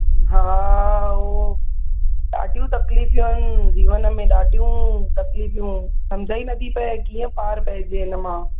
हा उहो ॾाढियूं तक़लीफ़ियूं आहिनि जीवन में ॾाढियूं तक़लीफ़ियूं समुझ ई नथी पए कीअं पार पइजे हिन मां